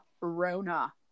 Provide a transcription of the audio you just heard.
rona